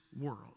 world